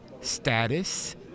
status